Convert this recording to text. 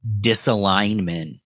disalignment